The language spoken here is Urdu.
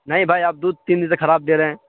نہیں بھائی آپ دودھ تین دن سے خراب دے رہے ہیں